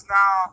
now